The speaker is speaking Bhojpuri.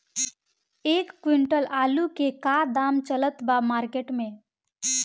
एक क्विंटल आलू के का दाम चलत बा मार्केट मे?